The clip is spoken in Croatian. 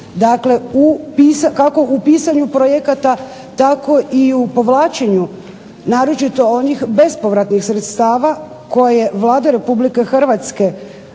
Dakle, kako u pisanju projekata tako i u povlačenju. Naročito onih bespovratnih sredstava koje Vlada Republike Hrvatske